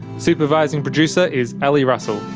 supervising producer is ali russell.